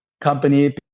company